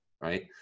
right